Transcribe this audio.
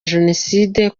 jenoside